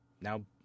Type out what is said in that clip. now